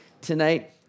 tonight